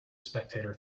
spectator